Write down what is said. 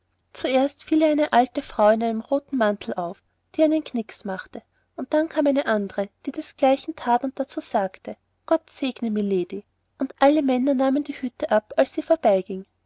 zuerst fiel ihr eine alte frau in einem roten mantel auf die ihr einen knicks machte dann kam eine andre die desgleichen that und dazu gott segne mylady sagte und alle männer nahmen die hüte ab als sie